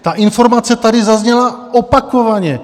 Ta informace tady zazněla opakovaně.